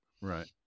right